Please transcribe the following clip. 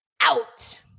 out